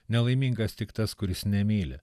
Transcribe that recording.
nelaimingas tik tas kuris nemyli